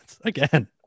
Again